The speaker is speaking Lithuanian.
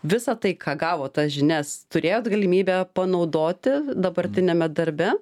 visą tai ką gavot tas žinias turėjot galimybę panaudoti dabartiniame darbe